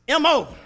MO